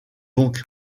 donc